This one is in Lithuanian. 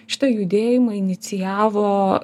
šitą judėjimą inicijavo